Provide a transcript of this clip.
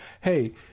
hey